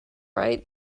right